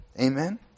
Amen